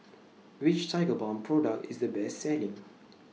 Which Tigerbalm Product IS The Best Selling